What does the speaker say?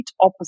opposite